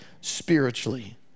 spiritually